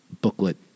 booklet